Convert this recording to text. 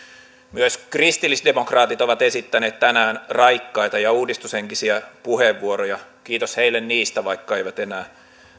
myös kristillisdemokraatit ovat esittäneet tänään raikkaita ja uudistushenkisiä puheenvuoroja kiitos heille niistä vaikka eivät enää